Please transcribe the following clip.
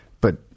but-